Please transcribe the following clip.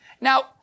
Now